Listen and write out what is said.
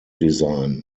design